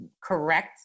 correct